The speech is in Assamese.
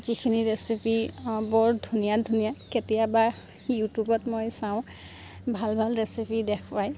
যিখিনি ৰেচিপি বৰ ধুনীয়া ধুনীয়া কেতিয়াবা ইউটিউবত মই চাওঁ ভাল ভাল ৰেচিপি দেখুৱায়